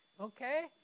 okay